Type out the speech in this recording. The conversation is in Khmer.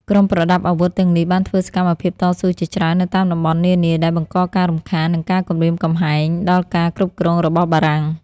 ក្រុមប្រដាប់អាវុធទាំងនេះបានធ្វើសកម្មភាពតស៊ូជាច្រើននៅតាមតំបន់នានា ដែលបង្កការរំខាន និងការគំរាមកំហែងដល់ការគ្រប់គ្រងរបស់បារាំង។